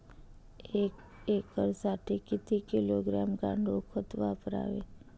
एक एकरसाठी किती किलोग्रॅम गांडूळ खत वापरावे?